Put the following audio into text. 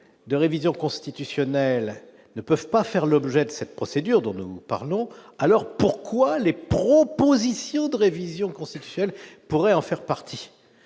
de révision constitutionnelle ne peuvent pas faire l'objet de cette procédure dont nous parlons, alors pourquoi les propositions de révision constitutionnelle pourrait en faire partie